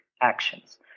actions